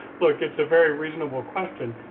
look, it's a very reasonable question,